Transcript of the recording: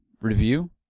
review